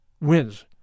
wins